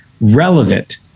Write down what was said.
relevant